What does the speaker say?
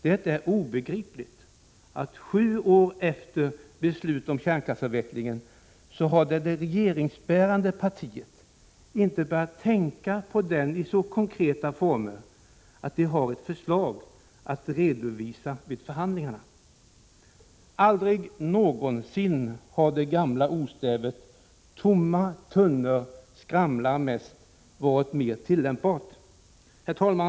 Det är obegripligt att sju år efter beslut om kärnkraftsavvecklingen har det regeringsbärande partiet inte börjat tänka på denna i så konkreta former att det har ett förslag att redovisa i förhandlingarna. Aldrig någonsin har det gamla ordstävet ”tomma tunnor skramlar mest” varit mera tillämpbart. Herr talman!